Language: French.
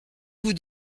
vous